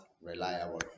reliable